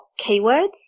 keywords